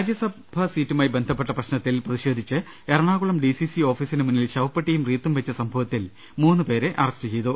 രാജസഭാസീറ്റുമായി ബന്ധപ്പെട്ട പ്രശ്നൃത്തിൽ പ്രതിഷേധിച്ച് എറ ണാകുളം ഡിസിസി ഓഫീസിന് മുന്നിൽ ശ്വപ്പെട്ടിയും റീത്തും വെച്ച സംഭവത്തിൽ മൂന്ന് പേരെ അറസ്റ്റ് ചെയ്തു